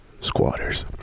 squatters